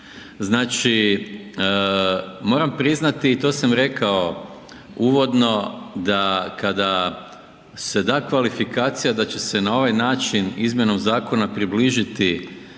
Znači moram priznati i to sam rekao uvodno da kada se da kvalifikacija da će se na ovaj način izmjenom zakona približiti